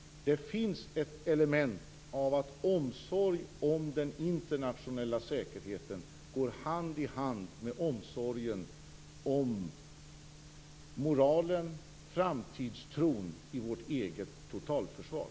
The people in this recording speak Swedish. Det finns ett element av att omsorg om den internationella säkerheten går hand i hand med omsorgen om moralen och framtidstron i vårt eget totalförsvar.